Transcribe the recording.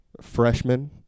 freshman